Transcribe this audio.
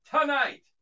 Tonight